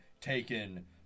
Taken